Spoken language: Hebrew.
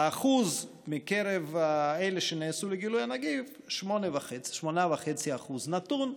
האחוז מקרב אלה שנעשו לגילוי הנגיף, 8.5%. נתון.